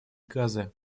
газы